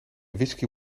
whisky